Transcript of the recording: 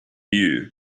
you